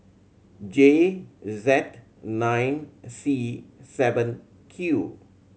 J Z nine C seven Q